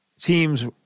teams